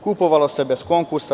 Kupovalo se bez konkursa.